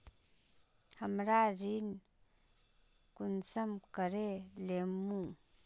हमरा ऋण कुंसम करे लेमु?